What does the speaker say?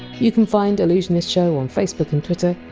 you can find allusionistshow on facebook and twitter,